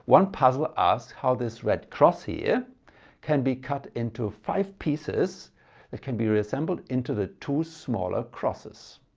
one puzzle asks how this red cross here can be cut into five pieces that can be reassembled into the two smaller crosses.